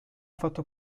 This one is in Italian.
fatto